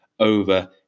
over